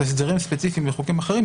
הסדרים ספציפיים בחוקים אחרים,